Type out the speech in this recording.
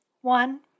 One